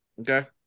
Okay